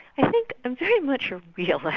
i think i'm very much a realist,